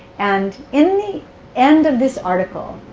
and in the end of this article